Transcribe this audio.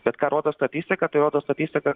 bet ką rodo statistika tai rodo statistika